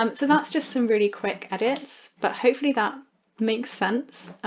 um so that's just some really quick edits but hopefully that makes sense.